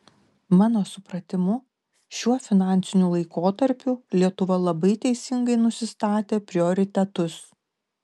mano supratimu šiuo finansiniu laikotarpiu lietuva labai teisingai nusistatė prioritetus